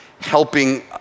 helping